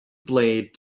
blade